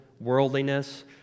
worldliness